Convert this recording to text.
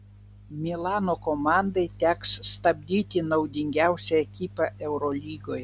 milano komandai teks stabdyti naudingiausią ekipą eurolygoje